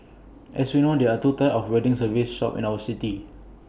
as we know there are two types of wedding service shops in our city